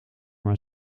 mijn